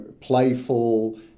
playful